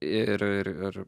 ir ir ir